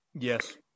Yes